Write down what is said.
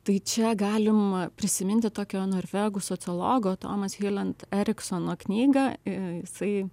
tai čia galima prisiminti tokio norvegų sociologo tomas helent eriksono knygą jisai